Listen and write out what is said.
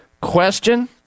question